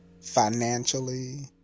financially